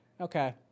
Okay